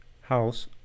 House